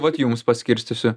vat jums paskirstysiu